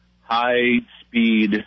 high-speed